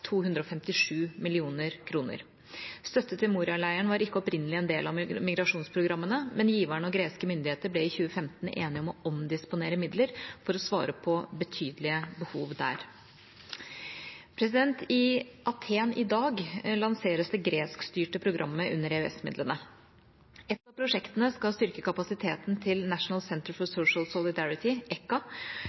257 mill. kr. Støtte til Moria-leiren var ikke opprinnelig en del av migrasjonsprogrammene, men giverne og greske myndigheter ble i 2015 enige om å omdisponere midler for å svare på betydelige behov der. I Athen i dag lanseres det greskstyrte programmet under EØS-midlene. Et av prosjektene skal styrke kapasiteten til National Center for Social Solidarity, EKKA,